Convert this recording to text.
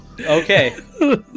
Okay